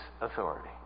authority